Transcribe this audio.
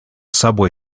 subway